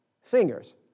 singers